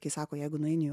kai sako jeigu nueini į